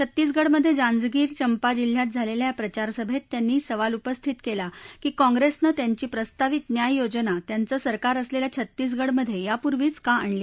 छत्तीसगढमधजिंजगीर चंपा जिल्ह्यात झालखि या प्रचार सभर्त त्यांनी सवाल उपस्थित कल्ली की काँग्रस्ति त्यांची प्रस्तावित न्याय योजना त्यांचं सरकार असलखिा छत्तीसगडमध्यिपूर्वीच का नाही आणली